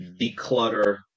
declutter